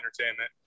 entertainment